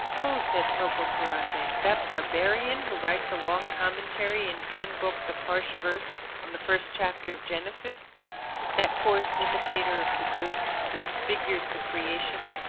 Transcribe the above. who? said pococurante, that barbarian, who writes a long commentary in ten books of harsh verse on the first chapter of genesis that coarse imitator of the greeks, who disfigures the creation,